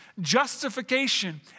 justification